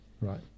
Right